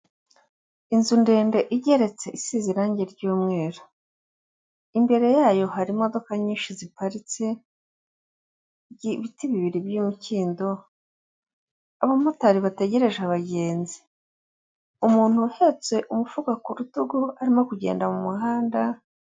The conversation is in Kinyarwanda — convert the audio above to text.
Inzu ndende igeretse isize irangi ry'umweru imbere yayo hari imodoka nyinshi ziparitse ibiti bibiri by'imikindo, abamotari bategereje abagenzi umuntu uhetse umufuka ku rutugu arimo kugenda mu muhanda.